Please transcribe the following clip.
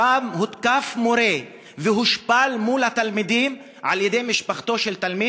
שם הותקף מורה והושפל מול התלמידים על-ידי משפחתו של תלמיד,